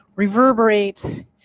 reverberate